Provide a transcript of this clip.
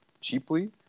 cheaply